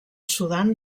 sudan